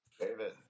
David